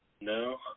No